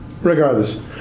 Regardless